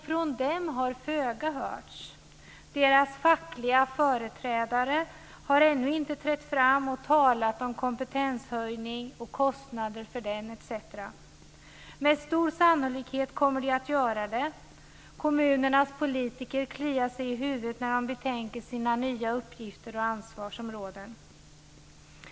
Från dem har föga hörts. Deras fackliga företrädare har ännu inte trätt fram och talat om kompetenshöjning, om kostnaderna för den etc. Med stor sannolikhet kommer de att göra det. Kommunernas politiker kliar sig i huvudet när de betänker sina nya uppgifter och ansvarsområden.